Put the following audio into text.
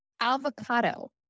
Avocado